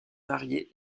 marié